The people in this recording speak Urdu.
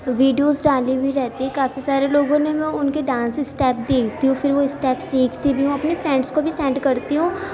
ویڈیوز ڈالی ہوئی رہتی ہے کافی سارے لوگوں نے میں ان کے ڈانس اسٹپس دیکھتی ہوں پھر وہ اسٹپس سیکھتی بھی ہوں اپنی فرینڈس کو بھی سینڈ کرتی ہوں